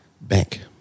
Bank